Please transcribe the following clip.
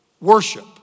worship